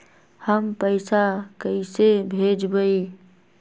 हम पैसा कईसे भेजबई?